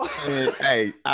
Hey